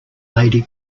lady